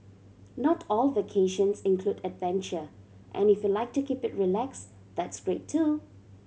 not all vacations include adventure and if you like to keep it relax that's great too